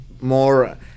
more